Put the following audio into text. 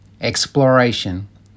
exploration